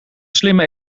slimme